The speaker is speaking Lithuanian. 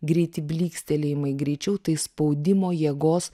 greiti blykstelėjimai greičiau tai spaudimo jėgos